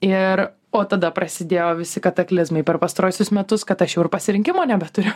ir o tada prasidėjo visi kataklizmai per pastaruosius metus kad aš jau ir pasirinkimo nebeturiu